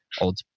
old